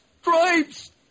Stripes